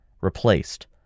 Replaced